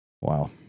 Wow